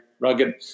rugged